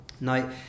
Now